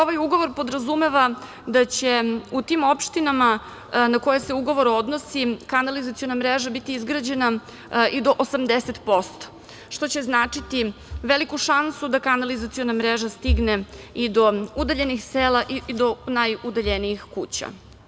Ovaj ugovor podrazumeva da će u tim opštinama na koje se ugovor odnosi kanalizaciona mreža biti izgrađena i do 80%, što će značiti veliku šansu da kanalizaciona mreža stigne i do udaljenih sela i najudaljenih kuća.